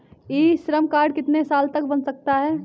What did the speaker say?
ई Shram card कितने साल तक बन सकता है?